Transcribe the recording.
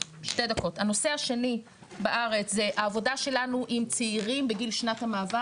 הנושא השני בארץ זה העבודה שלנו עם צעירים בגיל שנת המעבר.